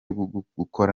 gukora